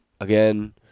again